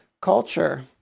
culture